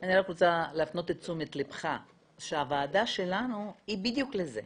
אני רק רוצה להפנות את תשומת ליבך שהוועדה שלנו היא בדיוק לזה.